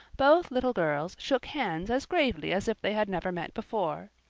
both little girls shook hands as gravely as if they had never met before.